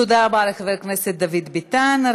תודה רבה לחבר הכנסת דוד ביטן.